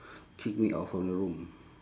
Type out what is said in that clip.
kick me out from the room